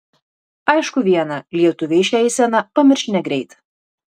aišku viena lietuviai šią eiseną pamirš negreit